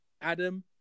Adam